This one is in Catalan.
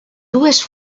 dues